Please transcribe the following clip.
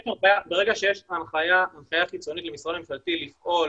ברגע שיש הנחיה חיצונית למשרד ממשלתי לפעול